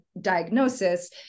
diagnosis